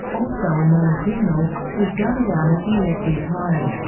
also a known criminal, was gunned down as he left his home.